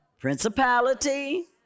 Principality